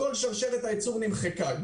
כל שרשרת הייצור נמחקה,